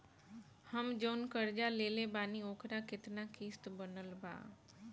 हम जऊन कर्जा लेले बानी ओकर केतना किश्त बनल बा?